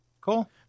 Cool